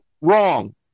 wrong